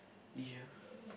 leisure